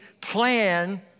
plan